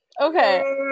Okay